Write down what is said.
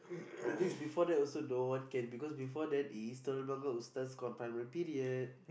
the days before that also no one cares because before that is telok-blangah Ustad confinement period